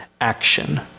action